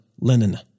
linen